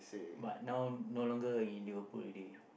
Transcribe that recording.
but now no longer in Liverpool already